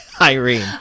irene